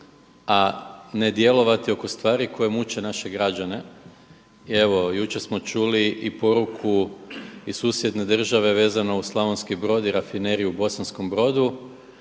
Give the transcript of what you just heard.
a ne djelovati oko stvari koje muče naše građane. Evo jučer smo čuli i poruku iz susjedne države vezano uz Slavonski Brod i rafineriju u Bosanskom Brodu,